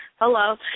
Hello